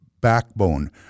backbone